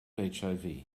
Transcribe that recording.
hiv